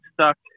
stuck